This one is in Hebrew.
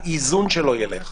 האיזון שלו ילך.